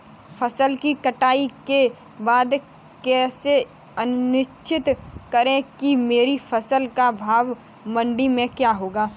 फसल की कटाई के बाद कैसे सुनिश्चित करें कि मेरी फसल का भाव मंडी में क्या होगा?